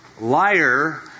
liar